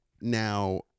now